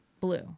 Blue